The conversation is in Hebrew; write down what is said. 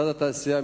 משרד התעשייה,